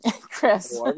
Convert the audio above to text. chris